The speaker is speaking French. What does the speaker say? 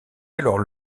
alors